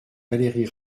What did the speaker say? valérie